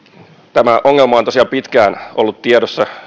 tämä ongelma on tosiaan pitkään ollut tiedossa